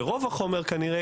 ורוב החומר כנראה,